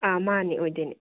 ꯑ ꯃꯥꯅꯦ ꯑꯣꯏꯗꯣꯏꯅꯦ